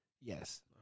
yes